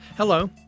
Hello